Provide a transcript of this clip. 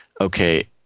okay